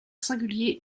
singulier